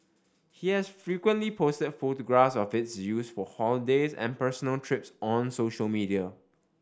he has frequently posted photographs of its use for holidays and personal trips on social media